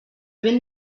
vent